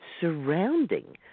surrounding